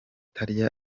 arya